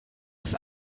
aus